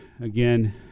again